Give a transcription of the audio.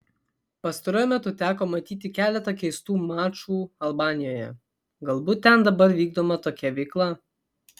pastaruoju metu teko matyti keletą keistų mačų albanijoje galbūt ten dabar vykdoma tokia veikla